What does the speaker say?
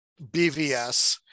BVS